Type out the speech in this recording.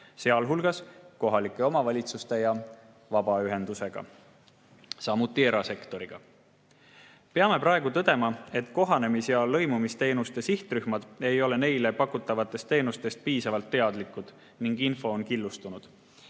sealhulgas kohalike omavalitsuste ja vabaühendustega, samuti erasektoriga. Peame praegu tõdema, et kohanemis- ja lõimumisteenuste sihtrühmad ei ole neile pakutavatest teenustest piisavalt teadlikud ning info on killustunud.